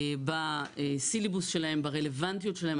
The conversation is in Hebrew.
בסילבוס שלהן, ברלוונטיות שלהן.